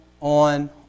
on